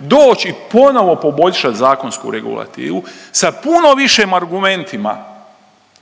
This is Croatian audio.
doć i ponovno poboljšat zakonsku regulativu sa puno više argumentima